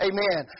Amen